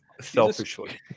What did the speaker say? selfishly